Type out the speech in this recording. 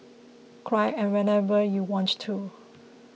cry and whenever you want to